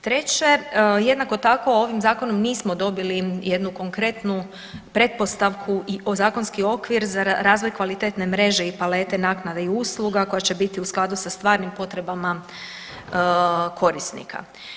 Treće, jednako tako ovim zakonom nismo dobili jednu konkretnu pretpostavku i zakonski okvir za razvoj kvalitetne mreže i palete naknada i usluga koje će biti u skladu sa stvarnim potrebama korisnika.